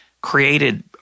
created